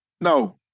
no